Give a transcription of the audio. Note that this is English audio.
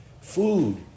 Food